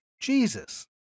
Jesus